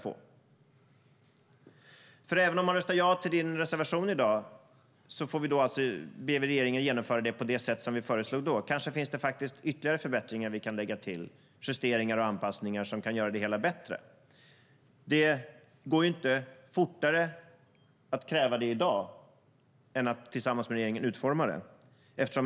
Även om man skulle rösta ja till Jens Holms reservation i dag så ber vi regeringen genomföra det på det sätt som vi föreslog då. Kanske finns det ytterligare förbättringar vi kan lägga till, justeringar och anpassningar som kan göra det hela bättre. Det går inte fortare att kräva det i dag än att tillsammans med regeringen utforma det.